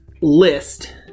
list